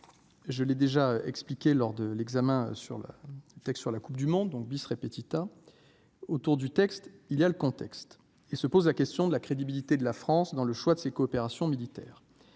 je l'ai déjà expliqué lors de l'examen sur le texte sur la Coupe du monde donc, bis répétita autour du texte, il y a le contexte et se pose la question de la crédibilité de la France dans le choix de ces coopérations militaire,